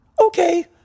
okay